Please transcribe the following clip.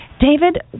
David